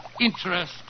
interest